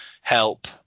help